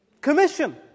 commission